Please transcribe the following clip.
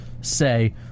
say